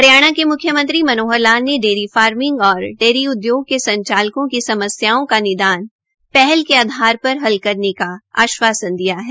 हरियाणा के म्ख्यमंत्री मनोहर लाल ने डेयरी फार्मिंग और डेयरी उद्योग के संचालकों की समस्याओं का निदान पहल के आधार पर करने का आश्वासन दिया है